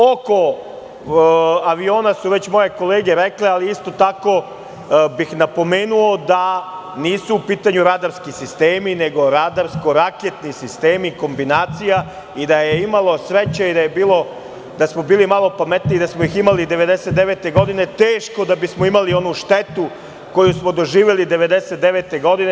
Oko aviona su već moje kolege rekle, ali isto tako bih napomenuo da nisu u pitanju radarski sistemi, nego radarsko-raketni sistemi kombinacija i da je imalo sreće i da smo bili malo pametniji da smo ih imali 1999. godine, teško da bismo imali onu štetu koju smo doživeli 1999. godine.